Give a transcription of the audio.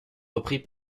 repris